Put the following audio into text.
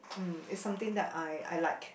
mm is something that I I like